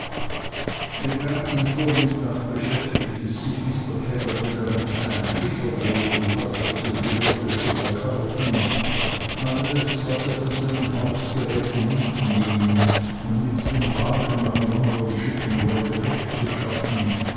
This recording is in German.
den ganzen vormittag beschäftigte sich mr peggotty damit sein fischerboot und was dazu gehörte zu verkaufen alles was er von seinem hausgerät mitnehmen und mit dem wagen nach london schicken wollte wegzuschaffen